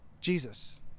Jesus